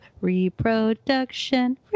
reproduction